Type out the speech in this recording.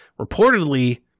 reportedly